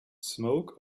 smoke